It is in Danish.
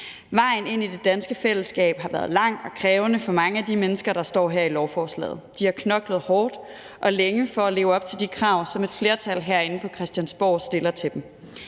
Vejen ind i det danske fællesskab har været lang og krævende for mange af de mennesker, der står her i lovforslaget. De har knoklet hårdt og længe for at leve op til de krav, som et flertal herinde på Christiansborg stiller til dem.